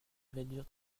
réduire